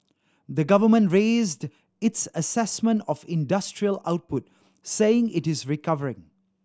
the government raised its assessment of industrial output saying it is recovering